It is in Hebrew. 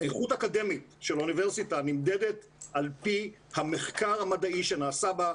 איכות אקדמית של אוניברסיטה נמדדת על פי המחקר המדעי שנעשה בה,